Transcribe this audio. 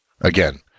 Again